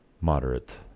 moderate